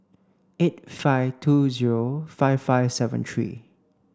eight five two zero five five seven three